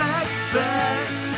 expect